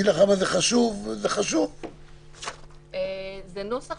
זה נוסח